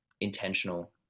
intentional